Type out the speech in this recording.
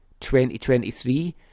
2023